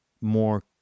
more